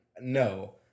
No